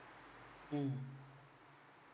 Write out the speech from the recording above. mm